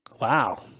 Wow